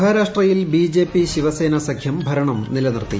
മഹാരാഷ്ട്രയിൽ ബിജെപി ശിവസേന സഖ്യം ഭരണം നിലനിർത്തി